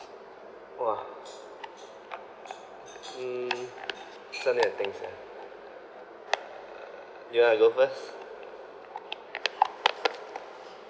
!wah! mm this [one] need to think sia uh you want to go first